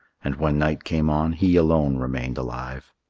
and when night came on he alone remained alive.